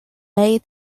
may